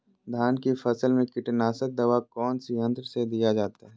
धान की फसल में कीटनाशक दवा कौन सी यंत्र से दिया जाता है?